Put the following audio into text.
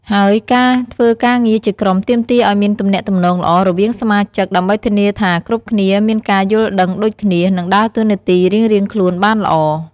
ហើយការធ្វើការងារជាក្រុមទាមទារឱ្យមានការទំនាក់ទំនងល្អ រវាងសមាជិក ដើម្បីធានាថាគ្រប់គ្នាមានការយល់ដឹងដូចគ្នា និងដើរតួនាទីរៀងៗខ្លួនបានល្អ។